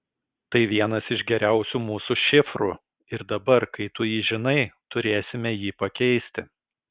tai vienas iš geriausių mūsų šifrų ir dabar kai tu jį žinai turėsime jį pakeisti